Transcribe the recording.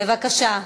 בבקשה.